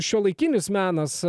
šiuolaikinis menas